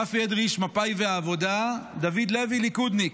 רפי אדרי איש מפא"י והעבודה, דוד לוי ליכודניק.